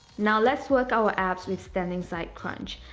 now let's work our abs with standing side crunch.